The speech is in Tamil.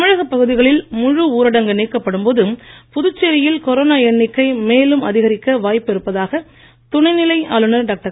தமிழகப் பகுதிகளில் முழு ஊரடங்கு நீக்கப்படும் போது புதுச்சேரியில் கொரோனா எண்ணிக்கை மேலும் அதிகரிக்க வாய்ப்பு இருப்பதாக துணைநிலை ஆளுனர் டாக்டர்